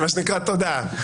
מה שנקרא "תודה"...